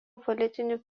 politinių